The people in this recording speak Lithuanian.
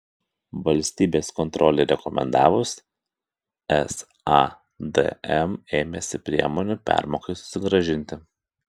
valstybės kontrolei rekomendavus sadm ėmėsi priemonių permokai susigrąžinti